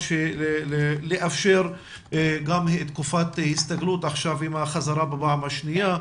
ולאפשר גם תקופת הסתגלות לילדים ולצוותים עם החזרה בפעם השנייה,